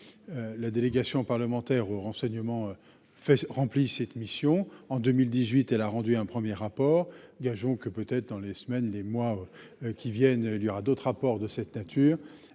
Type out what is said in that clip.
La délégation parlementaire au renseignement fait rempli cette mission en 2018, elle a rendu un 1er rapport gageons que peut-être dans les semaines, les mois qui viennent il y aura d'autres rapports de cette nature.